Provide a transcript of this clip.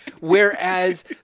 Whereas